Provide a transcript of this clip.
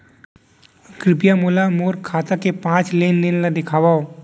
कृपया मोला मोर खाता के पाँच लेन देन ला देखवाव